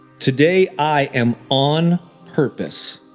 today, i am on purpose.